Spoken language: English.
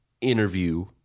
interview